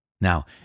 Now